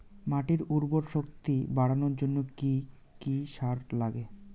মাটির উর্বর শক্তি বাড়ানোর জন্য কি কি সার লাগে?